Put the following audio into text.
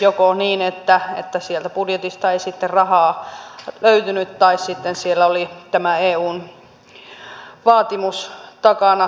joko niin että sieltä budjetista ei sitten rahaa löytynyt tai sitten siellä oli tämä eun vaatimus takana